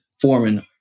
Foreman